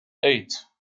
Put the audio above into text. eight